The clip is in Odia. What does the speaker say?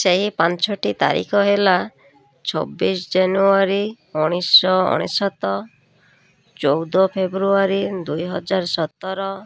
ସେହି ପାଞ୍ଚଟି ତାରିଖ ହେଲା ଛବିଶ ଜାନୁଆରୀ ଉଣେଇଶ ଅନେଶ୍ୱତ ଚଉଦ ଫେବୃଆରୀ ଦୁଇହଜାର ସତର